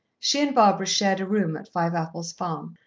she and barbara shared a room at fiveapples farm.